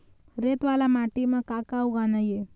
रेत वाला माटी म का का उगाना ये?